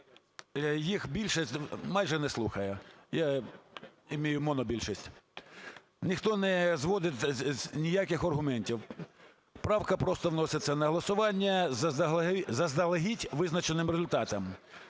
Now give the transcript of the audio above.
їх більшість майже не слухає, я маю монобільшість, ніхто не наводить ніяких аргументів. Правка просто вноситься на голосування із заздалегідь визначеним результатом.